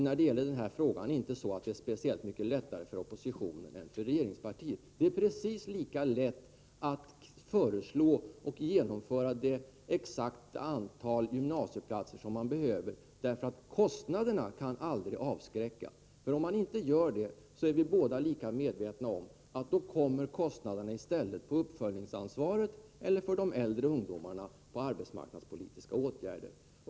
När det gäller den här frågan är det faktiskt inte speciellt mycket lättare för oppositionen än för regeringspartiet. Det är precis lika lätt för båda parter att föreslå och ta fram det exakta antal gymnasieplatser som man behöver. Kostnaderna kan aldrig avskräcka. Vi är båda lika medvetna om att om man inte gör detta kostnaderna i stället kommer in under uppföljningsansvaret eller, för de äldre ungdomarna, under arbetsmarknadspolitiska åtgärder.